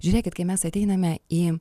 žiūrėkit kai mes ateiname į